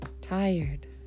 tired